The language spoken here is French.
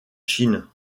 chine